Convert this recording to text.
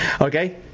Okay